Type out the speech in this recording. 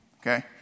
Okay